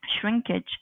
shrinkage